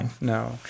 no